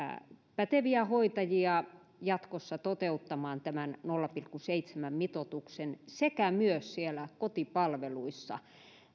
päteviä hoitajia toteuttamaan tämä nolla pilkku seitsemän mitoitus sekä myös siellä kotipalveluissa